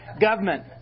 Government